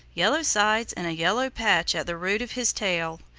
yellow sides, and a yellow patch at the root of his tail.